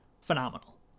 phenomenal